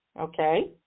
okay